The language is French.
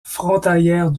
frontalière